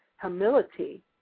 humility